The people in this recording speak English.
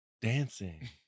Dancing